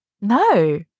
No